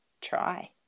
try